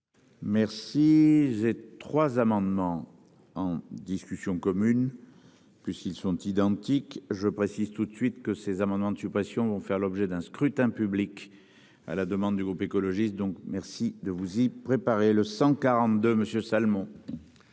Merci. J'ai trois amendements en discussion commune que s'ils sont identiques, je précise tout de suite que ces amendements de suppression vont faire l'objet d'un scrutin public. À la demande du groupe écologiste, donc merci de vous y préparer le 142 Monsieur Salmon.